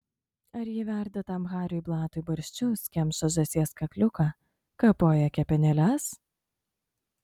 ar ji verda tam hariui blatui barščius kemša žąsies kakliuką kapoja kepenėles